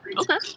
Okay